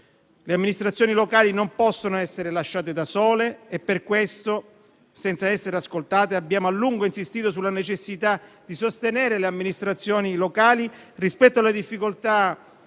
Le amministrazioni locali non possono essere lasciate da sole e per questo, senza essere ascoltati, abbiamo a lungo insistito sulla necessità di sostenere le amministrazioni locali rispetto alle difficoltà